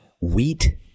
Wheat